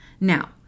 Now